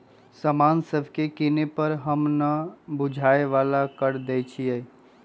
समान सभके किने पर हम न बूझाय बला कर देँई छियइ